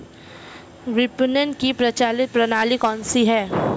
विपणन की प्रचलित प्रणाली कौनसी है?